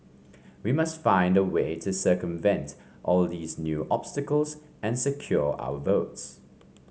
we must find a way to circumvent all these new obstacles and secure our votes